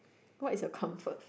what's your comfort